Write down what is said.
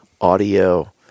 audio